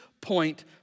point